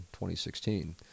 2016